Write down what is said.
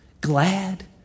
glad